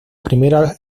primera